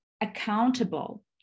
accountable